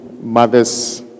mothers